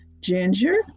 Ginger